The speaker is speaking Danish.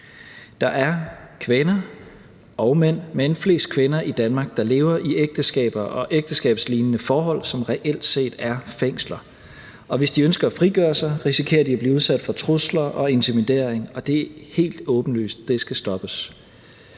Der er kvinder og mænd – men flest kvinder – i Danmark, der lever i ægteskaber og ægteskabslignende forhold, som reelt set er fængsler, og hvis de ønsker at frigøre sig, risikerer de at blive udsat for trusler og intimidering, og det er helt åbenlyst, at det skal stoppes.